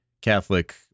Catholic